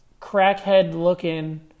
crackhead-looking